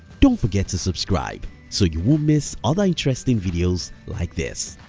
don't forget to subscribe so you won't miss other interesting videos like this.